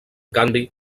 canvi